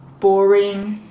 boring.